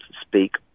speak